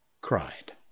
cried